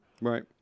Right